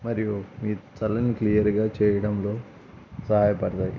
మరియు మీ చల్లని క్లియర్గా చేయడంలో సహాయపడతాయియి